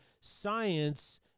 Science